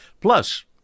Plus